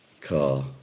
car